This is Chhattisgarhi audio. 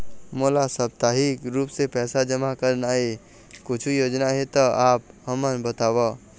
मोला साप्ताहिक रूप से पैसा जमा करना हे, कुछू योजना हे त आप हमन बताव?